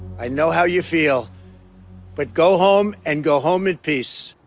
i know how you feel but go home and go home in peace.